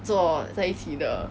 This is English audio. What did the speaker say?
坐在一起的